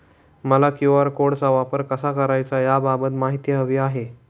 मला क्यू.आर कोडचा वापर कसा करायचा याबाबत माहिती हवी आहे